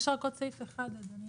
יש רק עוד סעיף אחד אדוני.